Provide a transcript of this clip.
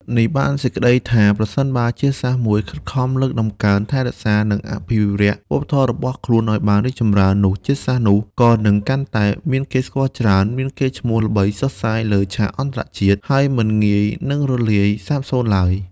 នេះបានសេចក្ដីថា ប្រសិនបើជាតិសាសន៍មួយខិតខំលើកតម្កើង ថែរក្សា និងអភិរក្សវប្បធម៌របស់ខ្លួនឱ្យបានរីកចម្រើន នោះជាតិសាសន៍នោះក៏នឹងកាន់តែមានគេស្គាល់ច្រើន មានកេរ្តិ៍ឈ្មោះល្បីសុះសាយលើឆាកអន្តរជាតិ ហើយមិនងាយនឹងរលាយសាបសូន្យឡើយ។